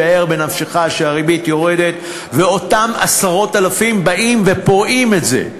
שער בנפשך שהריבית יורדת ואותם עשרות אלפים באים ופורעים את זה,